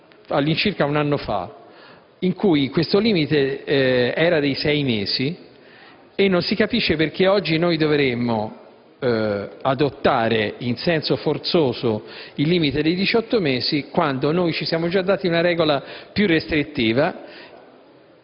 all'incirca un anno fa, una norma in cui questo limite era di sei mesi e non si capisce perché oggi dovremmo adottare in senso forzoso il limite di 18 mesi quando ci siamo già dati una regola più restrittiva